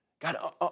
God